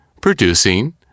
producing